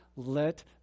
Let